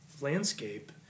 landscape